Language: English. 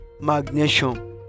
magnesium